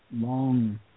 long